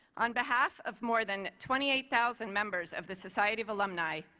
on behalf of more than twenty eight thousand members of the society of alumni,